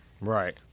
Right